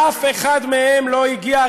אף אחד מהם לא הגיע.